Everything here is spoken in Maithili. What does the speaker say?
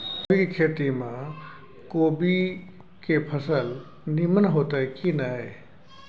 जैविक खेती म कोबी के फसल नीमन होतय की नय?